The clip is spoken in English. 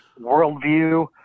worldview